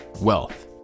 Wealth